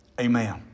Amen